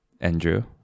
Andrew